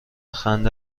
خنده